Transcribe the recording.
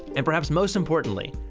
and perhaps, most importantly,